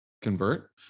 convert